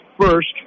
first